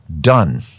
Done